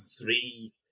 three